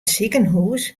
sikehûs